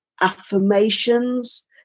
affirmations